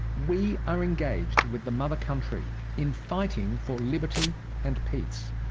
we are engaged with the mother country in fighting for liberty and peace.